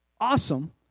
awesome